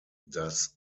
das